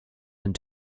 and